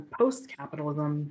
post-capitalism